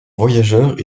voyageurs